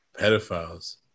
pedophiles